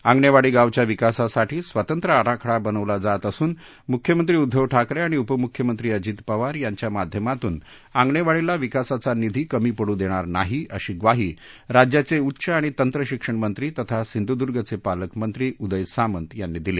आंगणेवाडी गावच्या विकासासाठी स्वतंत्र आराखडा बनवला जात असून म्ख्यमंत्री उद्धव ठाकरे आणि उपम्ख्यमंत्री अजित पवार यांच्या माध्यमातून आंगणेवाडीच्या विकासाला निधी कमी पडू देणार नाही अशी ग्वाही राज्याचे उच्च आणि तंत्रशिक्षणमंत्री तथा सिंधुदुर्गचे पालकमंत्री उदय सामंत यांनी दिली